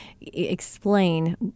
explain